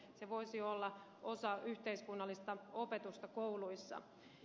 se voisi olla osa yhteiskunnallista opetusta kouluissa